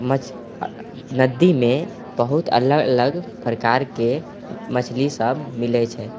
मछली नदीमे बहुत अलग अलग प्रकारकेँ मछली सब मिलैत छै